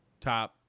Top